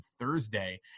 Thursday